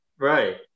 Right